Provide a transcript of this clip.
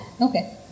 Okay